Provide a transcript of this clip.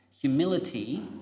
humility